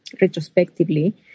retrospectively